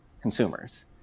consumers